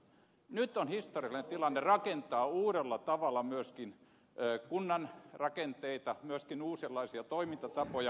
nyt on historiallinen tilanne rakentaa uudella tavalla myöskin kunnan rakenteita myöskin uudenlaisia toimintatapoja